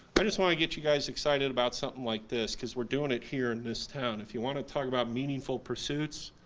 but i just want to get you guys excited about something like this cause we're doing it here in this town, if you want to talk about meaningful pursuits,